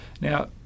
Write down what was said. Now